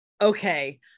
okay